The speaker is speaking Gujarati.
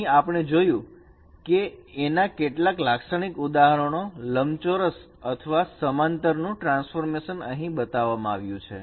અહીં આપણે જોયું કે એના કેટલાક લાક્ષણિક ઉદાહરણો લંબચોરસ અથવા સમાંતર નું ટ્રાન્સફોર્મેશન અહીં બતાવવામાં આવ્યું છે